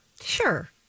Sure